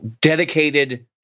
dedicated